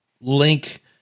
link